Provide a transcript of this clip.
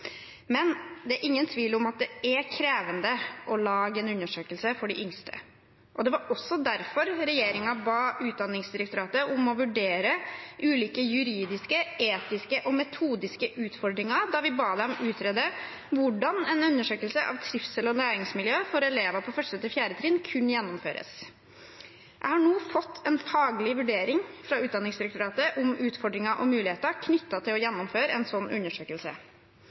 men det er ingen tvil om at det er krevende å lage en undersøkelse for de yngste. Det var også derfor regjeringen ba Utdanningsdirektoratet om å vurdere ulike juridiske, etiske og metodiske utfordringer da vi ba dem utrede hvordan en undersøkelse av trivsel og læringsmiljø for elever på 1.–4. trinn kunne gjennomføres. Jeg har nå fått en faglig vurdering fra Utdanningsdirektoratet om utfordringer og muligheter knyttet til å gjennomføre en sånn undersøkelse.